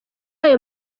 ayo